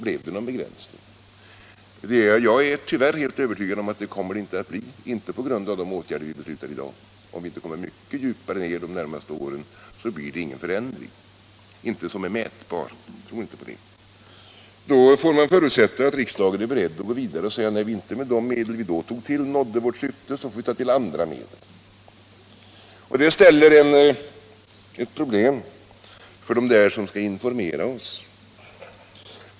Blir det någon begränsning? Jag är tyvärr helt övertygad om att det inte kommer att bli någon sådan på grund av de åtgärder vi beslutar i dag. Om vi inte går mycket djupare ned i problematiken de närmaste åren tror jag inte, att det blir någon Då får man förutsätta att riksdagen är beredd att säga: När vi inte med de medel vi tidigare tillgripit nått vårt syfte får vi ta till andra medel. Detta ställer en uppgift för dem som skall informera oss.